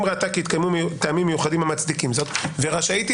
ראתה כי התקיימו טעמים מיוחדים המצדיקים זאת ורשאית היא